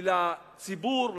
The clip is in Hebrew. ולציבור,